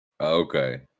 Okay